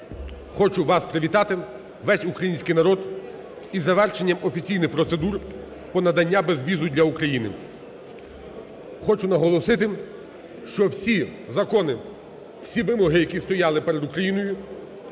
хочу вас привітати, весь український народ із завершенням офіційних процедур по наданню безвізу для України. Хочу наголосити, що всі закони, всі вимоги, які стояли перед Україною,